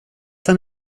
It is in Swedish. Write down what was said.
han